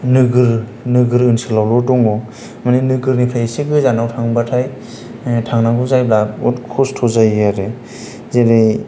नोगोर नोगोर ओनसोलावल' दङ माने नोगोरनिफ्राय एसे गोजानाव थांबाथाय थांनांगौ जायोब्ला बहुथ खस्थ जायो आरो जेरै